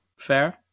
fair